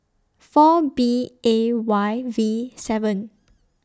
four B A Y V seven